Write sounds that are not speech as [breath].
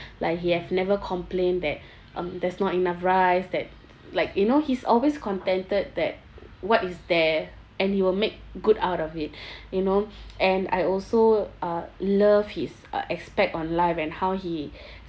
like he have never complained that um there's not enough rice that like you know he's always contented that what is there and he will make good out of it [breath] you know and I also uh love his uh expect on life and how he